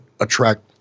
attract